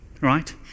Right